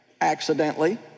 accidentally